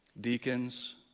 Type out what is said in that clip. deacons